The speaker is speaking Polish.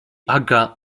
aga